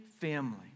family